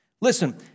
Listen